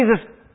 Jesus